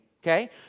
Okay